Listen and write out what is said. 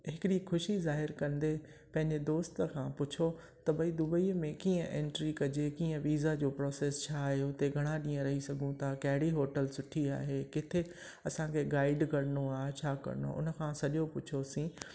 हिकिड़ी ख़ुशी ज़ाहिर कंदे पंहिंजे दोस्त खां पुछियो त भई दुबई में कीअं एंट्री कजे कीअं वीज़ा जो प्रोसेस छा आहे हुते घणा ॾींहं रही सघूं था कहिड़ी होटल सुठी आहे किथे असांखे गाइड करिणो आहे छा करिणो आहे उनखां सॼो पुछियोसीं